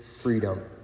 freedom